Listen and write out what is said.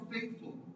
faithful